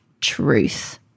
truth